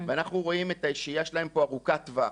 ואנחנו רואים את השהייה שלהם פה כארוכת טווח,